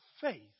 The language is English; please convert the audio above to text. faith